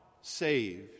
saved